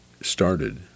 started